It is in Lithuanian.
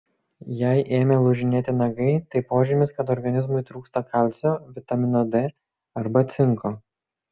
jei ėmė lūžinėti nagai tai požymis kad organizmui trūksta kalcio vitamino d arba cinko